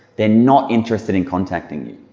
they're not interested in contacting you.